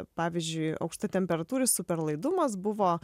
pavyzdžiui aukštatemperatūris superlaidumas buvo